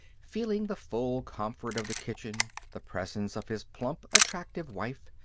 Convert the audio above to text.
feeling the full comfort of the kitchen, the presence of his plump, attractive wife,